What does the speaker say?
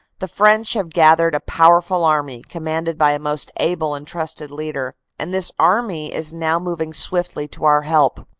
the french have gathered a powerful army, commanded by a most able and trusted leader, and this army is now moving swiftly to our help.